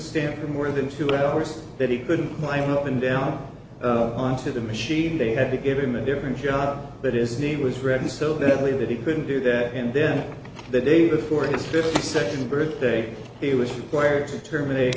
standing for more than two hours that he couldn't climb up and down onto the machine they had to give him a different job but his knee was ready so badly that he couldn't do that and then the day before his fifty second birthday he was wired to terminate